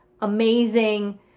amazing